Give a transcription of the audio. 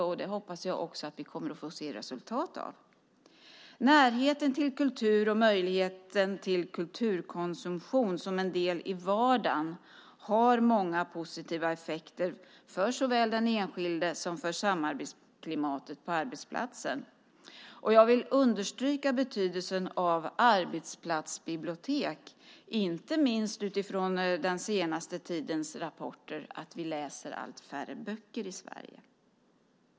Jag hoppas att vi kommer att få se resultat av det. Närheten till kultur och möjligheten till kulturkonsumtion som en del i vardagen har många positiva effekter för såväl den enskilde som för samarbetsklimatet på arbetsplatsen. Jag vill understryka betydelsen av arbetsplatsbibliotek, inte minst utifrån den senaste tidens rapporter om att vi läser allt färre böcker i Sverige.